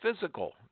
physical